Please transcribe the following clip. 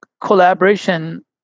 collaboration